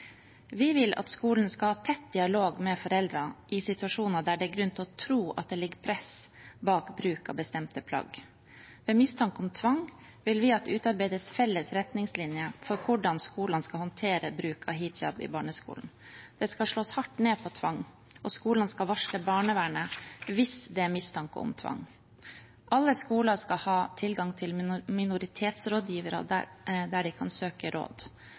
Vi vil at skolen skal ha tett dialog med foreldrene i situasjoner der det er grunn til å tro at det ligger press bak bruk av bestemte plagg. Ved mistanke om tvang vil vi at det utarbeides felles retningslinjer for hvordan skolen skal håndtere bruk av hijab i barneskolen. Det skal slås hardt ned på tvang, og skolen skal varsle barnevernet hvis det er mistanke om tvang. Alle skoler skal ha tilgang til minoritetsrådgivere, der de kan søke råd.